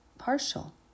partial